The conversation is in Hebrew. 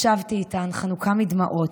ישבתי איתן חנוקה מדמעות.